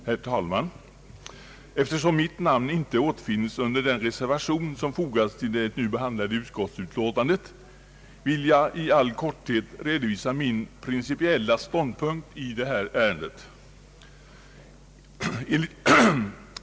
Herr talman! Eftersom mitt namn inte återfinns under den reservation som fogats till det nu behandlade utskottsutlåtandet, vill jag i all korthet redovisa min principiella ståndpunkt i detta ärende.